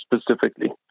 specifically